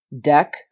deck